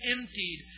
emptied